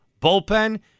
bullpen